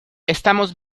estamos